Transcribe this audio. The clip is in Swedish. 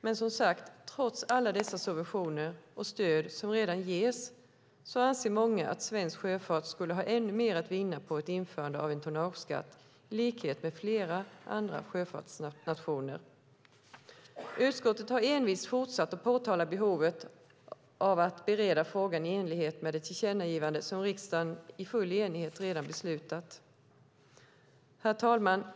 Men, som sagt, trots alla dessa subventioner och stöd som redan ges anser många att svensk sjöfart skulle ha ännu mer att vinna på ett införande av en tonnageskatt i Sverige i likhet med flera andra sjöfartsnationer. Utskottet har envist fortsatt att påtala behovet av att bereda frågan i enlighet med det tillkännagivande som riksdagen i full enighet redan beslutat. Herr talman!